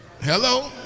Hello